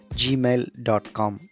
gmail.com